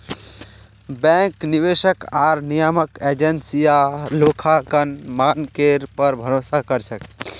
bank, निवेशक आर नियामक एजेंसियां लेखांकन मानकेर पर भरोसा कर छेक